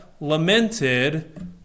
lamented